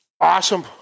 Awesome